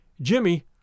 Jimmy